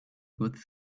good